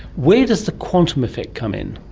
where does the quantum effect come in?